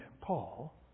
Paul